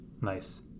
Nice